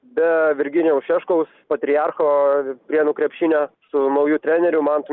be virginijaus šeškaus patriarcho prienų krepšinio su nauju treneriu mantu